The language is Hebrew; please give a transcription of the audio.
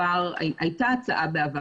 הייתה הצעה בעבר.